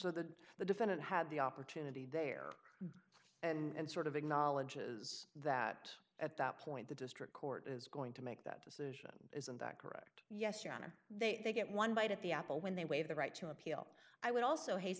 so that the defendant had the opportunity there and sort of acknowledges that at that point the district court is going to make that decision isn't that correct yes your honor they get one bite at the apple when they waive the right to appeal i would also haste